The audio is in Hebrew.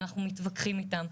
ואנחנו מתווכחים אתם.